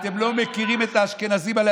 אתם לא מכירים את האשכנזים האלה.